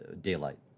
daylight